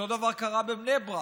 אותו דבר קרה בבני ברק,